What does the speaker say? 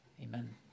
Amen